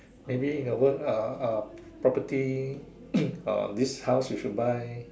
maybe in the work uh uh property uh this house you should buy